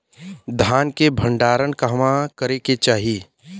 धान के भण्डारण कहवा करे के चाही?